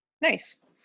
Nice